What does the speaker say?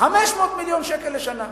50 מיליון שקל לשנה.